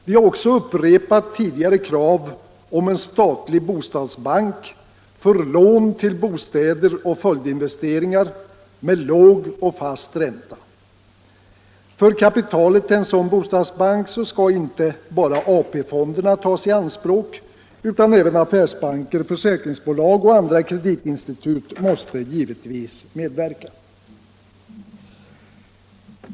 Vi har också upprepat tidigare krav på en statlig bostadsbank för lån till bostäder och följdinvesteringar, med låg och fast ränta. För kapitalet till en sådan bostadsbank skall inte bara AP-fonderna tas i anspråk, utan även affärsbanker, försäkringsbolag och andra kreditinstitut måste givetvis medverka.